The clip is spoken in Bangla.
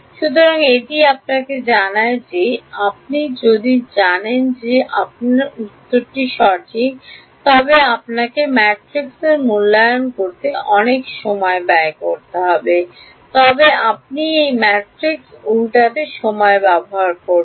সুতরাং এটি আপনাকে জানায় যে আপনি যদি জানেন যে আপনি যদি খুব সঠিক উত্তর চান তবে আপনাকে ম্যাট্রিক্সের মূল্যায়ন করতে অনেক সময় ব্যয় করতে হবে তবে আপনি সেই ম্যাট্রিক্সকে উল্টাতে সময় ব্যয় করবেন